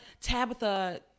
Tabitha